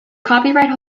copyright